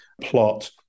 plot